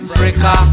Africa